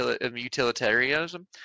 utilitarianism